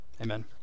Amen